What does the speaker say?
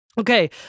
Okay